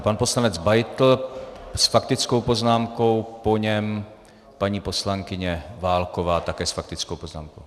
Pan poslanec Beitl s faktickou poznámkou, po něm paní poslankyně Válková také s faktickou poznámkou.